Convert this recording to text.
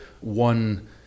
one